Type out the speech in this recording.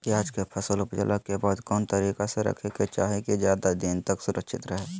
प्याज के फसल ऊपजला के बाद कौन तरीका से रखे के चाही की ज्यादा दिन तक सुरक्षित रहय?